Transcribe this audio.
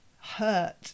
hurt